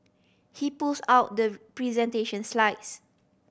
he pulls out the presentation slides